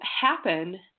happen